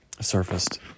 surfaced